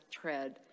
tread